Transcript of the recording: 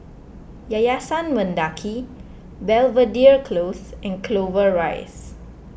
Yayasan Mendaki Belvedere Close and Clover Rise